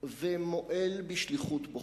ומועל בשליחות בוחריו,